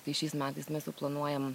tai šiais metais mes jau planuojam